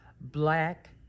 black